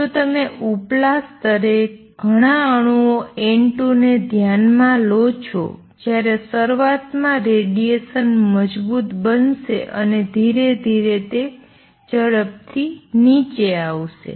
જો તમે ઉપલા સ્તરે ઘણાં અણુઓ N2 ને ધ્યાનમાં લો છો જ્યારે શરૂઆતમાં રેડિએશન મજબૂત બનશે અને ધીરે ધીરે તે ઝડપથી નીચે આવશે